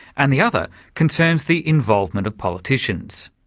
and the other concerns the involvement of politicians.